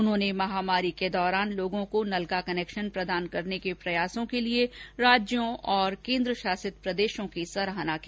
उन्होंने महामारी के दौरान लोगों को नल का कनेक्शन प्रदान करने के प्रयासों के लिए राज्यों और केंद्रशासित प्रदेशों की सराहना की